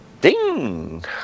Ding